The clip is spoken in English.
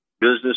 business